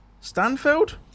Stanfield